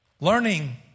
Learning